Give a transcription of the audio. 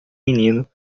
menino